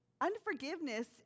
Unforgiveness